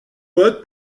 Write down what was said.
vote